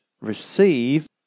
receive